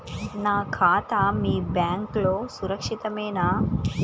నా ఖాతా మీ బ్యాంక్లో సురక్షితమేనా?